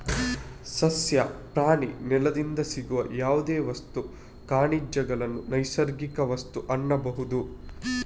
ಸಸ್ಯ, ಪ್ರಾಣಿ, ನೆಲದಿಂದ ಸಿಗುವ ಯಾವುದೇ ವಸ್ತು, ಖನಿಜಗಳನ್ನ ನೈಸರ್ಗಿಕ ವಸ್ತು ಅನ್ಬಹುದು